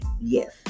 Yes